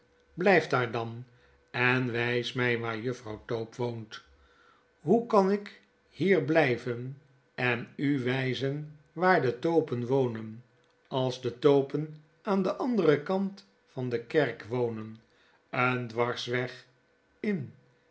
biyf daar dan en wjjs my waar juffrouw tope woont hoe kan ik hier blijven en u wyzen waar de topen wonen als de topen aan den anderen kant van de kerk wonen een dwarsweg in